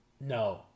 No